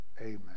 Amen